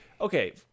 okay